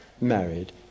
married